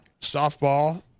softball